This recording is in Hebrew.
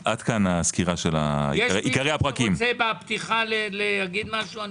יש עוד מישהו שרוצה בפתיחה לומר משהו?